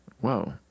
Whoa